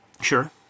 Sure